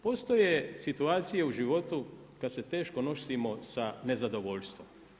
Postoje situacije u životu kada se teško nosimo sa nezadovoljstvom.